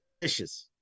delicious